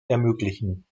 ermöglichen